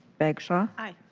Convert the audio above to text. bagsaw. aye.